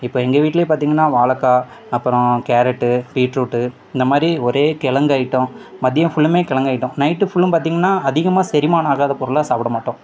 இப்போ எங்கள் வீட்டிலையே பார்த்திங்கன்னா வாழைக்கா அப்புறம் கேரட்டு பீட்ரூட்டு இந்தமாதிரி ஒரே கெழங்கு ஐட்டம் மதியம் ஃபுல்லுமே கெழங்கு ஐட்டம் நைட்டு ஃபுல்லும் பார்த்திங்கன்னா அதிகமாக செரிமானம் ஆகாத பொருளெலாம் சாப்பிடமாட்டோம்